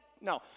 No